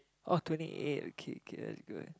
oh twenty eight okay K that's good